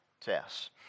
tests